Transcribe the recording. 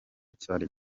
cyari